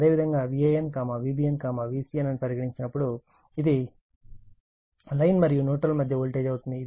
అదేవిధంగా Van Vbn Vcn అని పరిగణించినప్పుడు ఇది లైన్ మరియు న్యూట్రల్ మధ్య వోల్టేజ్ అవుతుంది